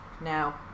now